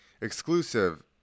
Exclusive